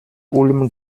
ulm